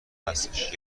هستش